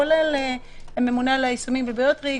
כולל הממונה על היישומים הביומטריים,